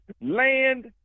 Land